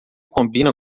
combina